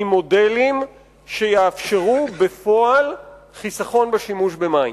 ממודלים שיאפשרו בפועל חיסכון בשימוש במים.